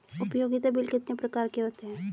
उपयोगिता बिल कितने प्रकार के होते हैं?